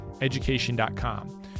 education.com